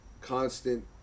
constant